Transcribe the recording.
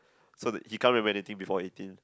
so that he can't remember anything before eighteen